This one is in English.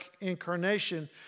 incarnation